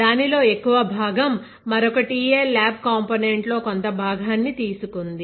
దానిలో ఎక్కువ భాగం మరొక TA ల్యాబ్ కాంపోనెంట్ లో కొంత భాగాన్ని తీసుకుంది